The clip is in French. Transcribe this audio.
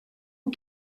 aux